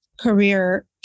career